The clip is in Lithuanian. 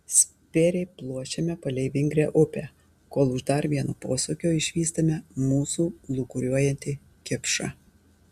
spėriai pluošiame palei vingrią upę kol už dar vieno posūkio išvystame mūsų lūkuriuojantį kipšą